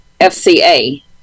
FCA